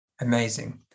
Amazing